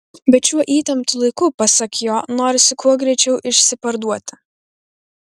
bet šiuo įtemptu laiku pasak jo norisi kuo greičiau išsiparduoti